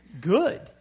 Good